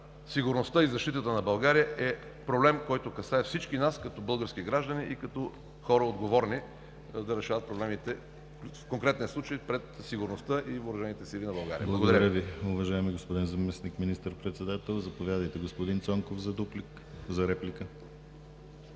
сигурността и защитата на България е проблем, който касае всички нас, като български граждани и като хора отговорни да решават проблемите, в конкретния случай пред сигурността и въоръжените сили на България. Благодаря.